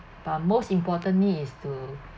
but most importantly is to